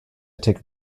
take